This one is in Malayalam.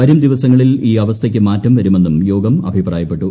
വരും ദിവസങ്ങളിൽ ഈ അവസ്ഥയ്ക്ക് മാറ്റം വരുമെന്നും യോഗം അഭിപ്രായപ്പെട്ടു